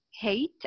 hate